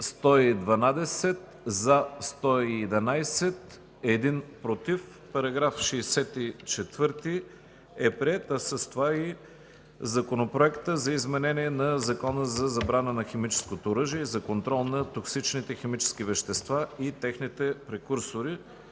1, въздържали се няма. Параграф 64 е приет, а с това и Законопроектът за изменение на Закона за забрана на химическото оръжие и за контрол на токсичните химически вещества и техните прекурсори.